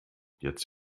jetzt